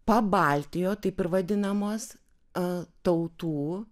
pabaltijo taip ir vadinamos a tautų